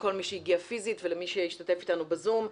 לכל מי שהגיע פיזית ולמי שהשתתף איתנו בזום.